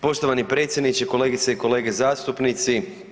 Poštovani predsjedniče, kolegice i kolege zastupnici.